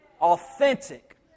authentic